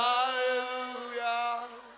Hallelujah